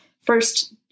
first